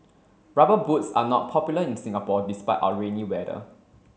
rubber boots are not popular in Singapore despite our rainy weather